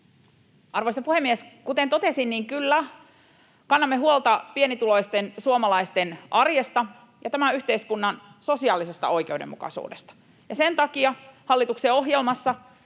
Arvoisa puhemies! Kuten totesin, niin kyllä, kannamme huolta pienituloisten suomalaisten arjesta ja tämän yhteiskunnan sosiaalisesta oikeudenmukaisuudesta, ja sen takia hallituksen ohjelmassa